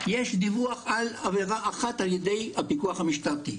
יש דיווח על עבירה אחת על ידי הפיקוח המשטרתי.